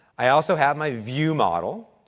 i also have my view model,